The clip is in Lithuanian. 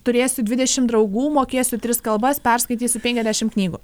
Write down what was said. turėsiu dvidešim draugų mokėsiu tris kalbas perskaitysiu penkiasdešim knygų